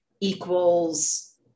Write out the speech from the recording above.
equals